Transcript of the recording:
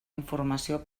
informació